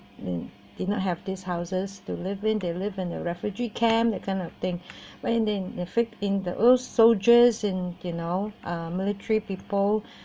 they did not have these houses to live in when they live in a refugee camp that kind of thing when they fit in old soldiers you know military people